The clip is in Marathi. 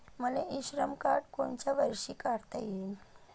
मले इ श्रम कार्ड कोनच्या वर्षी काढता येईन?